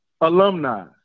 alumni